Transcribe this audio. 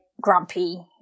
grumpy